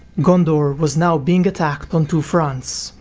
gondor was now being attacked on two fronts,